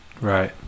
Right